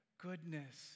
goodness